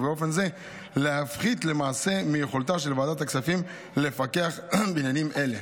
ובאופן זה להפחית למעשה מיכולתה של ועדת הכספים לפקח בעניינים אלה.